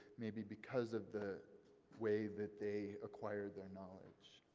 maybe because of the way that they acquired their knowledge.